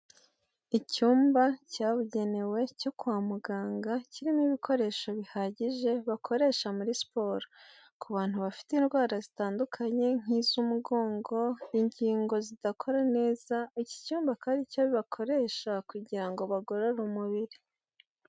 Icyumba cyabugenewe cyo kwa muganga kirimo ibikoresho bihagije bakoresha muri siporo ku bantu bafite indwara zitandukanye nk'iz'umugongo ingingo zidakora neza iki cyumba kandi nicyo bakoresha kugira ngo bagorore umubiri.